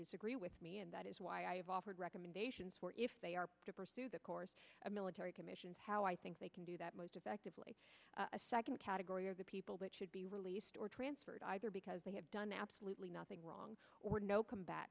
disagree with me and that is why i have offered recommendations where if they are to pursue the course of military commissions how i think they can do that most effectively a second category are the people that should be released or transferred either because they have done absolutely nothing long or no combat